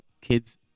kids